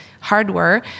hardware